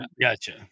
Gotcha